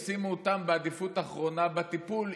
ישימו אותם בעדיפות אחרונה בטיפול,